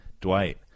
Dwight